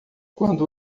quando